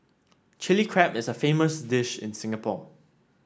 Chilli Crab is a famous dish in Singapore